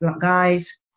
guys